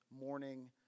morning